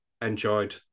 enjoyed